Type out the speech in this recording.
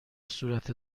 صورت